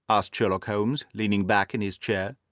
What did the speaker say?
asked sherlock holmes, leaning back in his chair.